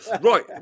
Right